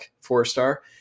four-star